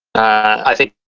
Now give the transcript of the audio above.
i think